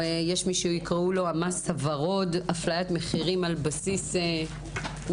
יש מי שיקראו לו "המס הוורוד" אפליית מחירים על בסיס מגדרי.